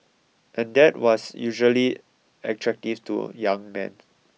and that was usually attractive to young men